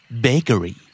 Bakery